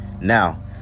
now